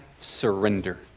surrender